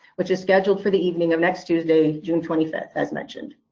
which is scheduled for the evening of next tuesday, june twenty fifth, as mentioned.